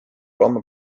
looma